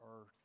earth